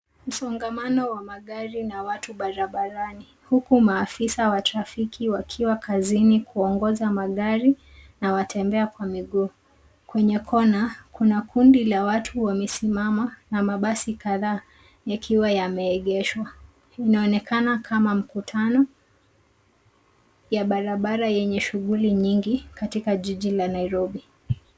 Msongamano wa magari na watu barabarani huku maafisa wa trafiki wakiwa kazini kuyangoja magari na watembea kwa miguu. Kwenye kona, kuna kundi la watu wamesimama na mabasi kadhaa yakiwa yameegeshwa. Inaonekana kama mkutano ya barabara yenye shughuli nyingi katika jiji la Nairobi.